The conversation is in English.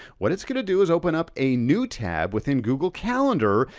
what it's gonna do is open up a new tab within google calendar,